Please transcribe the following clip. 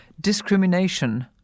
discrimination